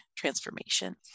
transformation